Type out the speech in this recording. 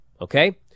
okay